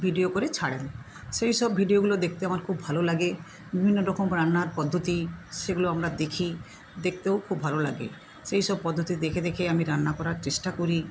video করে ছাড়েন সেই সব ভিডিওগুলো দেখতে আমার খুব ভালো লাগে বিভিন্ন রকম রান্নার পদ্ধতি সেগুলো আমরা দেখি দেখতেও খুব ভালো লাগে সেই সব পদ্ধতি দেখে দেখে আমি রান্না করার চেষ্টা করি